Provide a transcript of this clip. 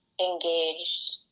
engaged